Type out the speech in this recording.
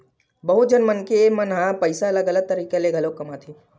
बहुत झन मनखे मन ह पइसा ल गलत तरीका ले घलो कमाथे